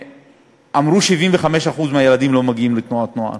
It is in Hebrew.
אמרו ש-75% מהילדים לא מגיעים לתנועת נוער